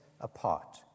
apart